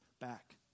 back